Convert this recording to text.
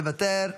מוותר.